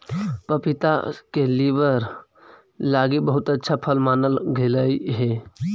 पपीता के लीवर लागी बहुत अच्छा फल मानल गेलई हे